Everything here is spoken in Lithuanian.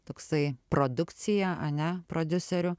toksai produkcija ane prodiuserių